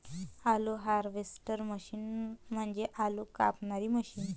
आलू harvester machine म्हणजे आलू कापणारी मशीन